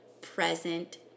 present